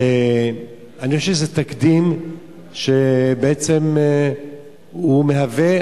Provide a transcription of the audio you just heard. ואני חושב שזה תקדים שבעצם מהווה,